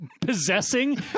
possessing